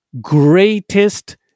greatest